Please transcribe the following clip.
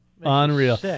Unreal